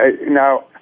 Now